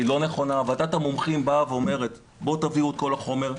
ועדת המומחים באה ואומרת שיביאו את כל החומר,